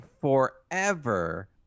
forever